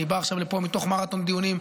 אני בא עכשיו לפה מתוך מרתון דיונים,